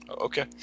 Okay